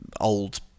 old